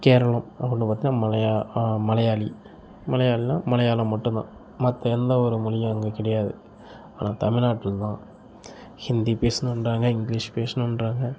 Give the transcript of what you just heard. கேரளம் அப்படின்னு பார்த்தீனா மலையா ஆ மலையாளி மலையாள்னால் மலையாளம் மட்டும் தான் மற்ற எந்த ஒரு மொழியும் அங்கே கிடையாது ஆனால் தமிழ்நாட்டில தான் ஹிந்தி பேசணுன்றாங்கள் இங்கிலீஷ் பேசணுன்றாங்கள்